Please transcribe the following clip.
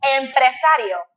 empresario